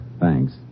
Thanks